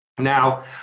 Now